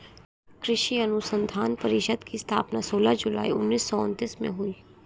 कृषि अनुसंधान परिषद की स्थापना सोलह जुलाई उन्नीस सौ उनत्तीस में हुई